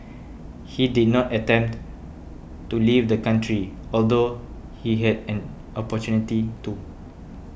he did not attempt to leave the country although he had an opportunity to